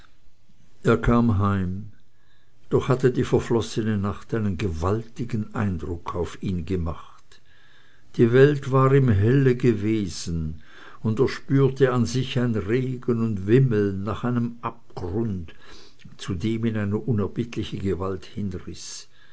er kam heim doch hatte die verflossene nacht einen gewaltigen eindruck auf ihn gemacht die welt war ihm helle gewesen und er spürte an sich ein regen und wimmeln nach einem abgrund zu dem ihn eine unerbittliche gewalt